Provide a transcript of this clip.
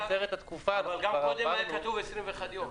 אבל קודם היה כתוב 21 יום.